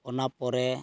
ᱚᱱᱟ ᱯᱚᱨᱮ